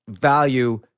value